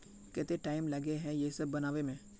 केते टाइम लगे है ये सब बनावे में?